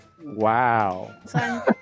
Wow